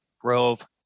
Grove